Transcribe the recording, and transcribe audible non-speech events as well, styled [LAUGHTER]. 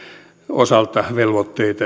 osalta velvoitteita [UNINTELLIGIBLE]